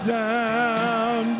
down